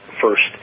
first